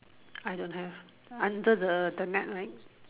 I don't have under the net right